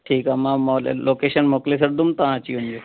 ठीकु आहे मां मोले लोकेशन मोकिले छॾिंदुमि तव्हां अची वञिजो